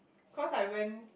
cause I went